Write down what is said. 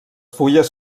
fulles